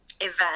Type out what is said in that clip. event